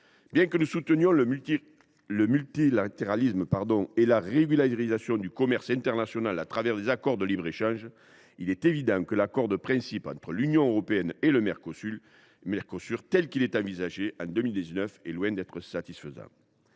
Bien que nous soutenions le multilatéralisme et la régulation du commerce international au travers d’accords de libre échange, il est évident que l’accord de principe entre l’Union européenne et le Mercosur, tel qu’il a été envisagé en 2019, est loin d’être satisfaisant.